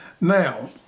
now